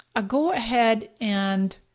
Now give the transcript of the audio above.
a go ahead and